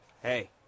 Hey